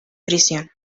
prisión